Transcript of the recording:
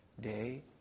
day